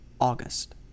August